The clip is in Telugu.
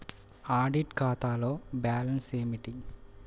ఆడిట్ ఖాతాలో బ్యాలన్స్ ఏమిటీ?